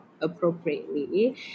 appropriately